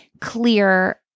clear